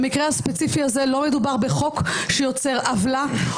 במקרה הספציפי הזה לא מדובר בחוק שיוצר עוולה